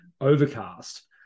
overcast